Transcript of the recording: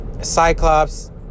Cyclops